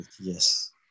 Yes